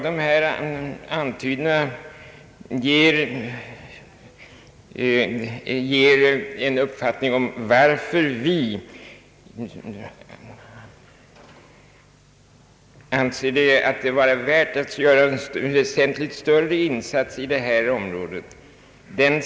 Dessa antydningar ger en uppfattning om anledningen till ati vi anser det vara värt att göra en väsentligt större insats på detta område.